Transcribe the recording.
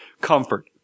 Comfort